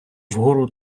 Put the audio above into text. вгору